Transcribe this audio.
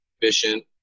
efficient